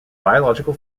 biological